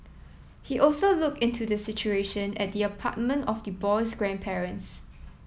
he also looked into the situation at the apartment of the boy's grandparents